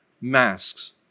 masks